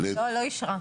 היא לא אישרה.